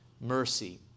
mercy